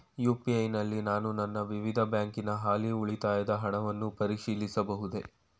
UPI ನಲ್ಲಿ ನಾನು ನನ್ನ ವಿವಿಧ ಬ್ಯಾಂಕಿನ ಹಾಲಿ ಉಳಿತಾಯದ ಹಣವನ್ನು ಪರಿಶೀಲಿಸಬಹುದೇ?